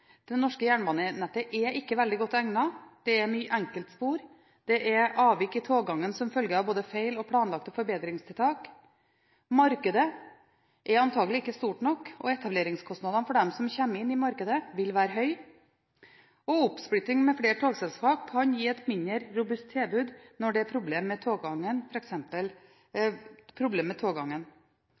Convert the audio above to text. Det norske jernbanenettet er ikke veldig godt egnet. Det er mye enkeltspor, det er avvik i toggangen som følge av både feil og planlagte forbedringstiltak. Markedet er antakelig ikke stort nok, og etableringskostnadene for dem som kommer inn i markedet, vil være høye. Oppsplitting med flere togselskap kan gi et mindre robust tilbud når det er problem med toggangen. Jeg tror også at det er, som representanten Kjernli var inne på, begrenset med